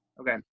Okay